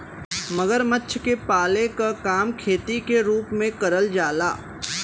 मगरमच्छ के पाले क काम खेती के रूप में करल जाला